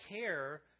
care